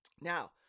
Now